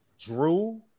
Drew